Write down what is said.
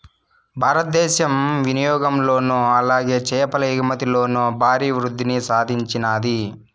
భారతదేశం వినియాగంలోను అలాగే చేపల ఎగుమతిలోను భారీ వృద్దిని సాధించినాది